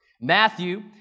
Matthew